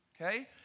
Okay